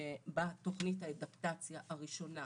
שבה תוכנית האדפטציה הראשונה